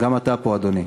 גם אתה פה, אדוני,